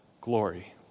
glory